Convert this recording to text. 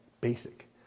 basic